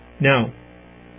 Now